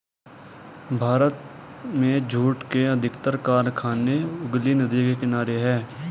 भारत में जूट के अधिकतर कारखाने हुगली नदी के किनारे हैं